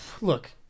look